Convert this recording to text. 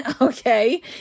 okay